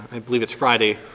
i believe it's friday,